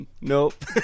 Nope